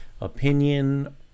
opinion